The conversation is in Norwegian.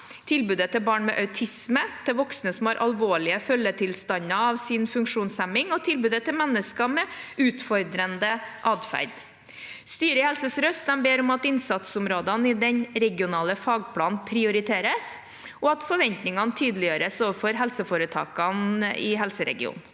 tilbudet til barn med autisme, tilbudet til voksne som har alvorlig følgetilstand av sin funksjonshemming og tilbudet til mennesker med utfordrende atferd. Styret i Helse sør-øst ber om at innsatsområdene i den regionale fagplanen prioriteres, og at forventningene tydeliggjøres overfor helseforetakene i helseregionen.